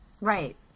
Right